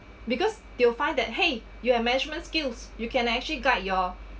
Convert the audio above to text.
because they'll find that !hey! you have management skills you can actually guide your